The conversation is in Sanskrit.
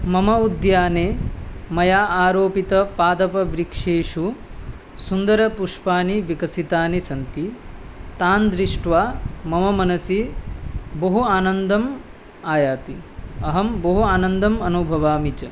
मम उद्याने मया आरोपितं पादपवृक्षेषु सुन्दरपुष्पाणि विकसितानि सन्ति तान् दृष्ट्वा मम मनसि बहु आनन्दम् आयाति अहं बहु आनन्दम् अनुभवामि च